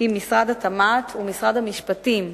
עם משרד התמ"ת ומשרד המשפטים.